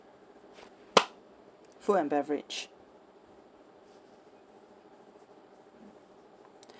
food and beverage